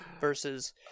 versus